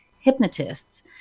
hypnotists